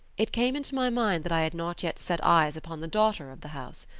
it came into my mind that i had not yet set eyes upon the daughter of the house.